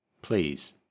please